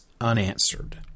unanswered